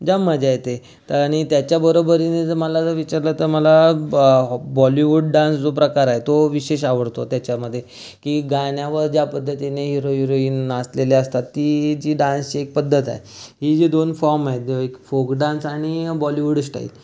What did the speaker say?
जाम मजा येते तर आणि त्याच्याबरोबरीने जर मला जर विचारलं तर मला बॉ बॉलीवूड डान्स जो प्रकार आहे तो विशेष आवडतो त्याच्यामध्ये की गाण्यावर ज्या पद्धतीने हिरो हिरॉईन नाचलेले असतात ती जी डान्सची एक पध्दत आहे ही जी दोन फॉर्म आहेत एक फोक डान्स आणि बॉलीवूड स्टाइल